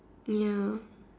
ya